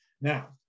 Now